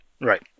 Right